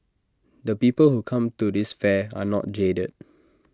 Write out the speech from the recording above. the people who come to this fair are not jaded